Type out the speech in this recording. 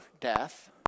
death